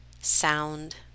sound